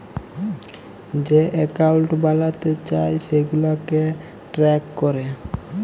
যে একাউল্ট বালাতে চায় সেগুলাকে ট্র্যাক ক্যরে